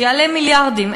שיעלה מיליארדים,